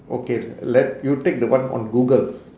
okay let you take the one on google